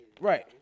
Right